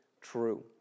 true